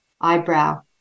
Eyebrow